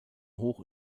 hoch